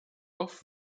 auf